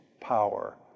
power